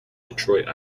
detroit